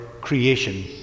creation